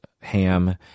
ham